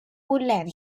woodland